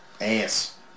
Ass